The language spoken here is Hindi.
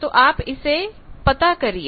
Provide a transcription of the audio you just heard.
तो अब आप इसे पता करिए